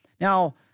Now